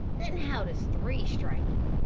then how does three strike you,